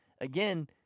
again